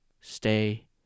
Stay